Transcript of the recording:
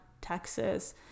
Texas